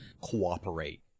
cooperate